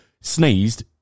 sneezed